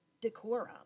decorum